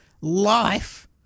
life